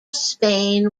spain